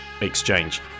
exchange